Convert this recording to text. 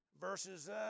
Verses